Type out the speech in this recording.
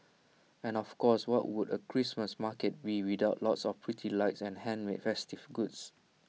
and of course what would A Christmas market be without lots of pretty lights and handmade festive goods